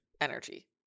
energy